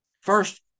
First